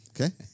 Okay